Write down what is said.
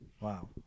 Wow